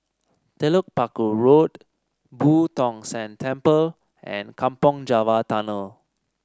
Telok Paku Road Boo Tong San Temple and Kampong Java Tunnel